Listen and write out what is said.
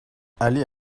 aller